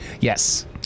yes